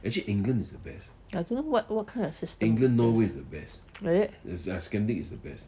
eh I don't know what kind of system is thi~ eh really